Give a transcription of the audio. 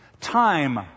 Time